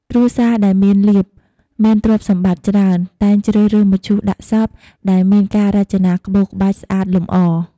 គ្រួសារដែលមានលាភ មានទ្រព្យសម្បត្តិច្រើន តែងជ្រើសរើសមឈូសដាក់សព ដែលមានការរចនាក្បូរក្បាច់ស្អាតលម្អ។